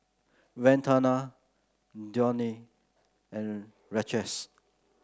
Vandana Dhoni and Rajesh